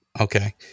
Okay